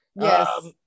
Yes